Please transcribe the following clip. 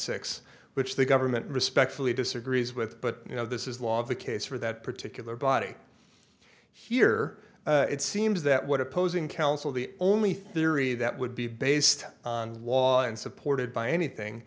six which the government respectfully disagrees with but you know this is the law of the case for that particular body here it seems that what opposing counsel the only theory that would be based on law and supported by anything